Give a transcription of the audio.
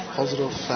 positive